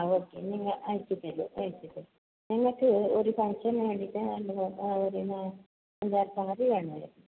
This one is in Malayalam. ആ ഒന്ന് അയച്ചു തരുവോ അയച്ചു തരുവോ ഞങ്ങൾക്ക് ഒരു ഫങ്ക്ഷന് വേണ്ടിയിട്ടാണ് അഞ്ചാറ് സാരി വേണമായിരുന്നു